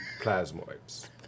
plasmoids